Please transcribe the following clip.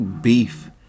beef